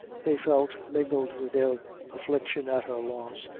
they felt, mingled with their affliction at her loss,